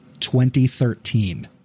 2013